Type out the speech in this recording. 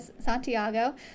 Santiago